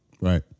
Right